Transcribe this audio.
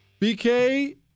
BK